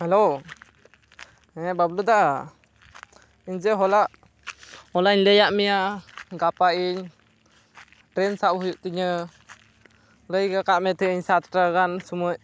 hello ᱦᱮᱸ ᱵᱟᱵᱽᱞᱩ ᱫᱟ ᱤᱧ ᱡᱮ ᱦᱚᱞᱟ ᱦᱚᱞᱟᱧ ᱞᱟᱹᱭᱟᱫ ᱢᱮᱭᱟ ᱜᱟᱯᱟ ᱤᱧ ᱴᱨᱮᱹᱱ ᱥᱟᱵᱽ ᱦᱩᱭᱩᱜ ᱛᱤᱧᱟᱹ ᱞᱟᱹᱭ ᱟᱠᱟᱫ ᱢᱮ ᱛᱟᱦᱮᱸᱫ ᱟᱹᱧ ᱥᱟᱛᱴᱟ ᱜᱟᱱ ᱥᱚᱢᱚᱭ